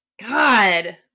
God